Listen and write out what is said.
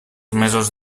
mesos